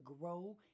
grow